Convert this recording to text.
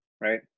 right